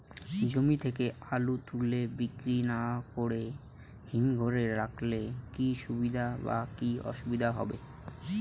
জমি থেকে আলু তুলে বিক্রি না করে হিমঘরে রাখলে কী সুবিধা বা কী অসুবিধা হবে?